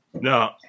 No